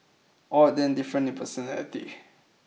all of them different in personality